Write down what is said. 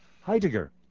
Heidegger